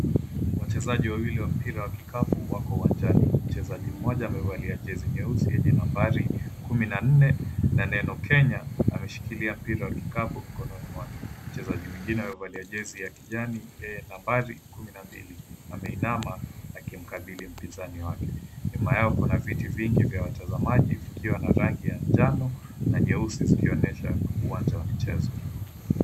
Wachezaji wawili wa mpira wa kikapu wako uwanjani. Mchezaji mmoja amevalia jezi nyeusi yenye nambari kumi na nne na neno Kenya ameshikilia mpira wa kikapu mkononi mwake. Mchezaji mwingine amevalia jezi ya kijani yenye nambari kumi na mbili. Ameinama akimkabili mpinzani wake. Nyuma yao kuna viti vingi vya watazamaji vikiwa na rangi ya njano na nyeusi zikionyesha uwanja wa michezo.